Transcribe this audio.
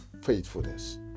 faithfulness